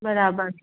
बराबर